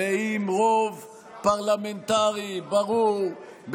ועם רוב פרלמנטרי ברור,